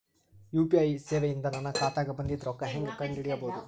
UPI ಸೇವೆ ಇಂದ ನನ್ನ ಖಾತಾಗ ಬಂದಿದ್ದ ರೊಕ್ಕ ಹೆಂಗ್ ಕಂಡ ಹಿಡಿಸಬಹುದು?